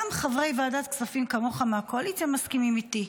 גם חברי ועדת הכספים כמוך מהקואליציה מסכימים איתי לגביהם,